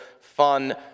fun